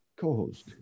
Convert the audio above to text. co-host